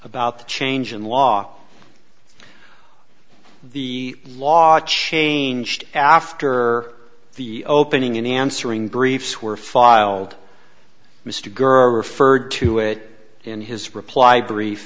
about the change in law the law changed after the opening in answering briefs were filed mr gurr referred to it in his reply brief